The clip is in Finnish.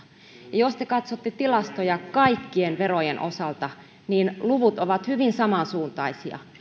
jos te katsotte tilastoja kaikkien verojen osalta niin luvut ovat hyvin samansuuntaisia